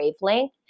wavelength